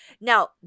Now